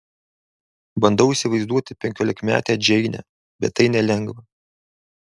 bandau įsivaizduoti penkiolikmetę džeinę bet tai nelengva